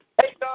Hey